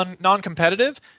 non-competitive